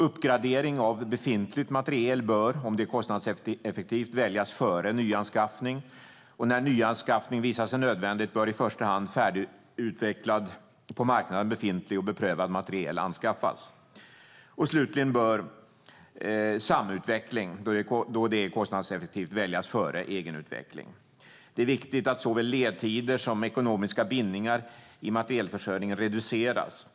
Uppgradering av befintlig materiel bör, om det är kostnadseffektivt, väljas före nyanskaffning. När nyanskaffning visar sig nödvändig bör i första hand färdigutvecklad, på marknaden befintlig och beprövad, materiel anskaffas. Slutligen bör samutveckling, då det är kostnadseffektivt, väljas före egenutveckling. Det är viktigt att såväl ledtider som ekonomiska bindningar i materielförsörjningen reduceras.